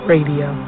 Radio